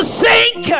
sink